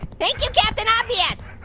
thank you, captain obvious.